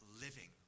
living